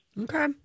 Okay